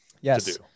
Yes